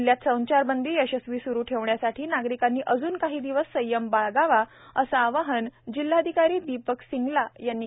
जिल्हयात संचारबंदी यशस्वी सुरू ठेवण्यासाठी नागरीकांनी अजून काही दिवस संयम बाळगावा असे आवाहन जिल्हाधिकारी दीपक सिंगला यांनी केले आहे